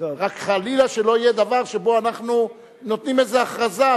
רק חלילה שלא יהיה דבר שבו אנחנו נותנים איזה הכרזה,